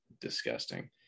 disgusting